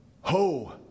Ho